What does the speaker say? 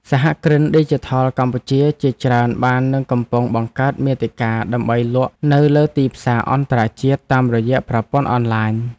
សហគ្រិនឌីជីថលកម្ពុជាជាច្រើនបាននិងកំពុងបង្កើតមាតិកាដើម្បីលក់នៅលើទីផ្សារអន្តរជាតិតាមរយៈប្រព័ន្ធអនឡាញ។